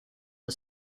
for